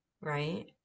right